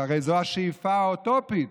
זו הרי השאיפה האוטופית.